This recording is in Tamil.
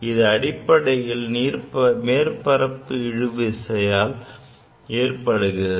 இது அடிப்படையில் மேற்பரப்பு இழுவிசையால் ஏற்படுகிறது